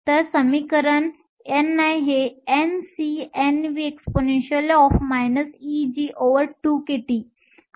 तर समीकरण ni हे NcNvexp Eg2kT आहे